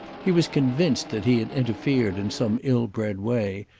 he was convinced that he had interfered in some ill-bred way,